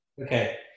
Okay